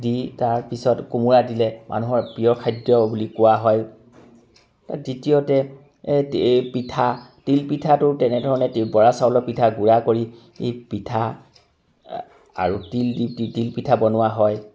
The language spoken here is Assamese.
দি তাৰপিছত কোমোৰা দিলে মানুহৰ প্ৰিয় খাদ্য বুলি কোৱা হয় তৃতীয়তে পিঠা তিল পিঠাতো তেনেধৰণে বৰা চাউলৰ পিঠা গুড়া কৰি পিঠা আৰু তিল দি তিলপিঠা বনোৱা হয়